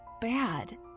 bad